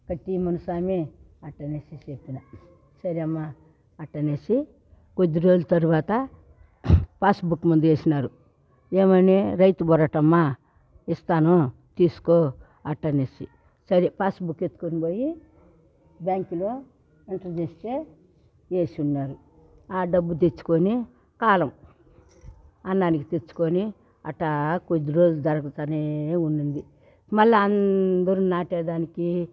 కట్టిమను స్వామి అట్ట అనేసి చెప్పిన సరే అమ్మ అట్ట అనేసి కొద్ది రోజులు తర్వాత పాస్బుక్ ముందు వేసినారు ఏమని రైతు బరోడా అమ్మ ఇస్తాను తీసుకో అట్ట అనేసి సరే పాస్బుక్ ఎత్తుకొని పోయి బ్యాంకులో ఎంటర్ చేస్తే వేసి ఉన్నారు ఆ డబ్బు తెచ్చుకొని కాలం అన్నానికి తెచ్చుకొని అట్టా కొద్దిరోజులు జరగతానే ఉనింది మళ్ళా అందరూ నాటే దానికి